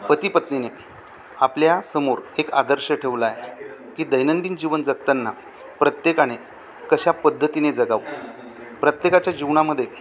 पती पत्नीने आपल्या समोर एक आदर्श ठेवला आहे की दैनंदिन जीवन जगताना प्रत्येकाने कशा पद्धतीने जगावं प्रत्येकाच्या जीवनामध्ये